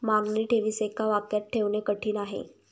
मागणी ठेवीस एका वाक्यात ठेवणे कठीण आहे